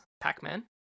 pac-man